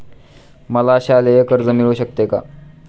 मला शालेय कर्ज मिळू शकते का?